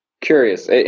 Curious